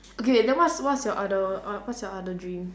okay then what's what's your other uh what's your other dream